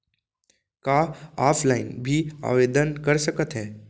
का ऑफलाइन भी आवदेन कर सकत हे?